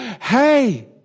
hey